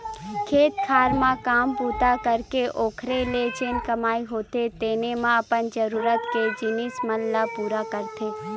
खेत खार म काम बूता करके ओखरे ले जेन कमई होथे तेने म अपन जरुरत के जिनिस मन ल पुरा करथे